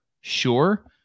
sure